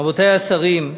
רבותי השרים,